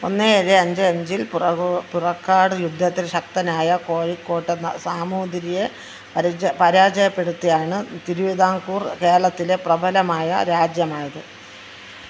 ഒന്ന് ഏഴ് അഞ്ച് അഞ്ചിൽ പുറകോ പുറക്കാട് യുദ്ധത്തിൽ ശക്തനായ കോഴിക്കോട്ടെ സാമൂതിരിയെ പരിജ പരാജയപ്പെടുത്തിയാണ് തിരുവിതാംകൂർ കേരളത്തിലെ പ്രബലമായ രാജ്യമായത്